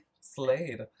slade